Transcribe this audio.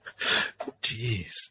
jeez